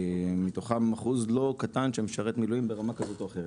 מתוכם אחוז לא קטן שמשרת במילואים ברמה כזאת או אחרת.